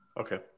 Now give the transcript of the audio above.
okay